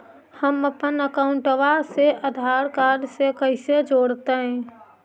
हमपन अकाउँटवा से आधार कार्ड से कइसे जोडैतै?